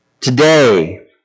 today